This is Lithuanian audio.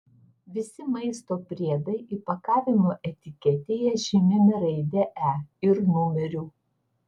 visi maisto priedai įpakavimo etiketėje žymimi raide e ir numeriu